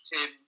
Tim